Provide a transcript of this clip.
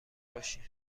باشی